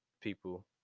people